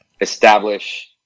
establish